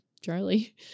Charlie